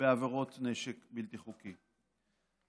בעבירות נשק בלתי חוקי,